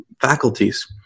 faculties